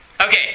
Okay